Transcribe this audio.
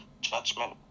judgment